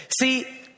see